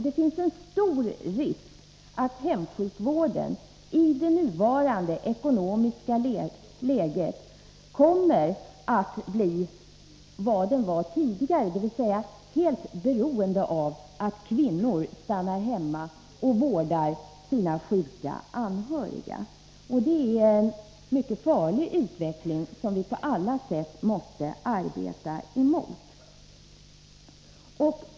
Det finns en stor risk att hemsjukvården i det nuvarande ekonomiska läget kommer att bli vad den varit tidigare, dvs. helt beroende av att kvinnor stannar hemma och vårdar sina sjuka anhöriga. Det är en mycket farlig utveckling, som vi på alla sätt måste arbeta emot.